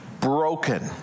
broken